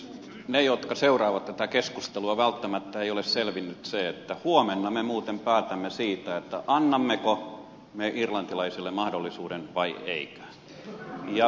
niille jotka seuraavat tätä keskustelua välttämättä ei ole selvinnyt se että huomenna me muuten päätämme siitä annammeko me irlantilaisille mahdollisuuden vai emmekö